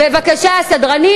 בבקשה, סדרנים.